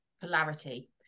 polarity